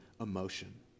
emotion